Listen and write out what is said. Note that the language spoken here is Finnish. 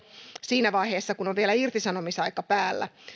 siinä vaiheessa kun on vielä irtisanomisaika päällä